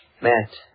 Matt